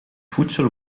voedsel